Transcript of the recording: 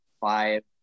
five